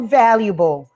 valuable